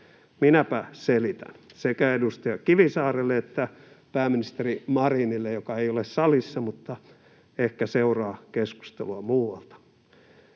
Minäpä selitän sekä edustaja Kivisaarelle että pääministeri Marinille, joka ei ole salissa mutta ehkä seuraa keskustelua muualta.